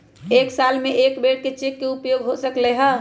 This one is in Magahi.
एक साल में कै बेर चेक के उपयोग हो सकल हय